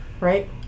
right